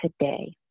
today